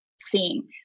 seeing